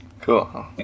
Cool